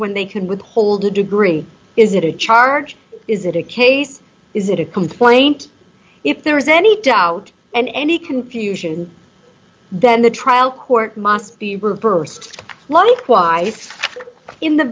when they can withhold a degree is it a charge is it a case is it a complaint if there is any doubt and any confusion then the trial court must be repurposed likewise if in the